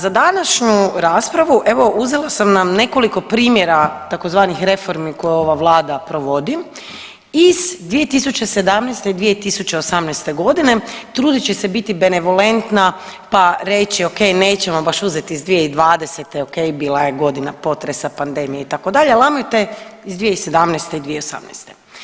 Za današnju raspravu, evo, uzela sam nam nekoliko primjera tzv. reformi koje ova Vlada provodi iz 2017. i 2018. g. Trudit ću se biti benevolentna pa reći, okej, nećemo baš uzeti iz 2020., okej, bila je godina potresa, pandemije, itd., ali ajmo te iz 2017. i 2018.